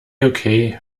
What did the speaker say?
okay